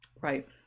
Right